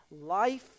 life